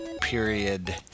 Period